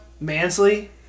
Mansley